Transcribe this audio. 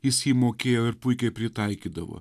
jis jį mokėjo ir puikiai pritaikydavo